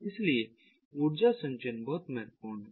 इसलिए ऊर्जा संचयन बहुत महत्वपूर्ण है